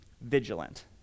vigilant